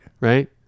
Right